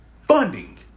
funding